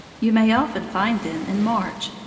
you may often find them in march,